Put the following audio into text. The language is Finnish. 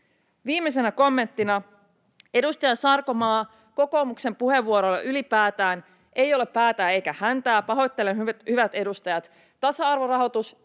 Viimeisenä kommenttina: Edustaja Sarkomaa, kokoomuksen puheenvuoroilla ylipäätään ei ole päätä eikä häntää — pahoittelen, hyvät edustajat. Tasa-arvorahoitus